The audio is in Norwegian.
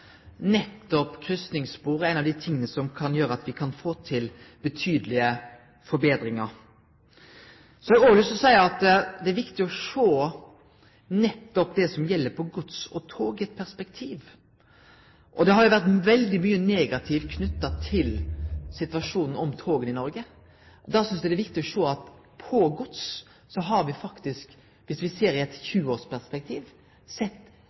Så har eg òg lyst til å seie at det er viktig å sjå på gods og tog i eit perspektiv. Det har vore veldig mykje negativt knytt til situasjonen rundt toga i Noreg. Da synest eg det er viktig at når det gjeld gods, har me faktisk, om me ser i